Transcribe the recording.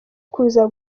kuza